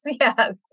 yes